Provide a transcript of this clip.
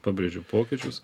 pabrėžiu pokyčius